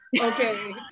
Okay